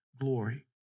glory